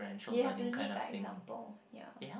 you have to lead by example ya